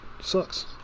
sucks